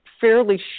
fairly